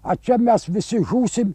a čia mes visi žūsim